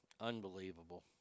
Unbelievable